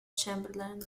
chamberlain